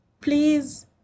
Please